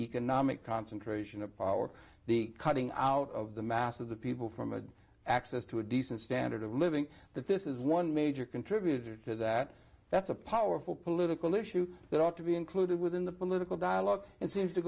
economic concentration of power the cutting out of the mass of the people from the access to a decent standard of living that this is one major contributor to that that's a powerful political issue that ought to be included within the political dialogue and seems to